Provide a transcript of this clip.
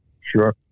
Sure